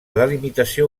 delimitació